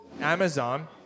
Amazon